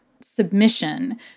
submission